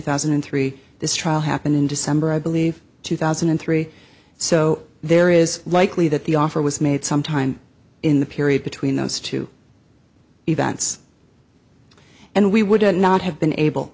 thousand and three this trial happened in december i believe two thousand and three so there is likely that the offer was made sometime in the period between those two events and we would not have been able